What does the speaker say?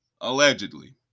Allegedly